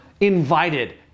invited